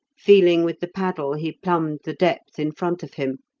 feeling with the paddle, he plumbed the depth in front of him,